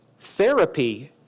Therapy